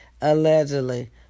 Allegedly